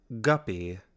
Guppy